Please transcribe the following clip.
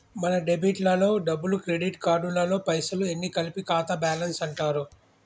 మన డెబిట్ లలో డబ్బులు క్రెడిట్ కార్డులలో పైసలు అన్ని కలిపి ఖాతా బ్యాలెన్స్ అంటారు